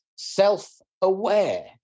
Self-aware